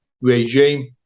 regime